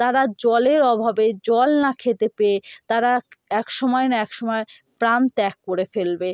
তারা জলের অভাবে জল না খেতে পেয়ে তারা এক সময় না এক সময় প্রাণ ত্যাগ করে ফেলবে